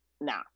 nah